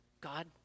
God